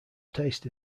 taste